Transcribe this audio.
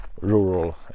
rural